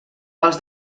els